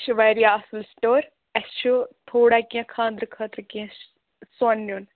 یہِ چھُ واریاہ اَصٕل سِٹور اَسہِ چھُ تھوڑا کیٚنٛہہ خانٛدرٕ خٲطرٕ کیٚنٛہہ سۄن نِیُن